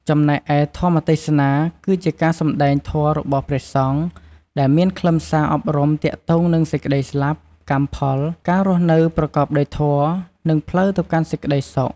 ចំណែកឯ ធម្មទេសនា គឺជាការសំដែងធម៌របស់ព្រះសង្ឃ ដែលមានខ្លឹមសារអប់រំទាក់ទងនឹងសេចក្តីស្លាប់ កម្មផល ការរស់នៅប្រកបដោយធម៌ និងផ្លូវទៅកាន់សេចក្តីសុខ។